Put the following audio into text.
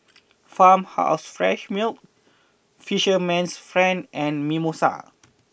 Farmhouse Fresh Milk Fisherman's friend and Mimosa